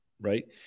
right